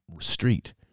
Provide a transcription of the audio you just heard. street